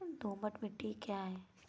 दोमट मिट्टी क्या है?